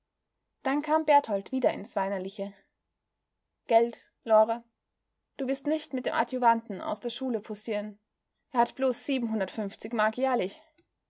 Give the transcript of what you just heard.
dann kam berthold wieder ins weinerliche gelt lore du wirst nich mit dem adjuvanten aus der schule poussier'n er hat bloß